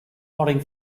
nodding